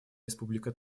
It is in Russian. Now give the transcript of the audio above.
республика